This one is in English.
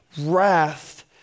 wrath